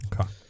okay